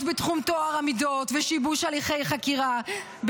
בתחום טוהר המידות ושיבוש הליכי חקירה,